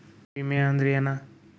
ವಿಮೆ ಅಂದ್ರೆ ಏನ?